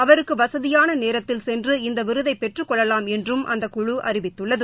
அவருக்குவசதியானநேரத்தில் சென்று இந்தவிருதைபெற்றுக் கொள்ளலாம் என்றும் அந்த குழு அறிவித்துள்ளது